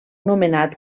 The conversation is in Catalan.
nomenat